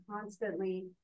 constantly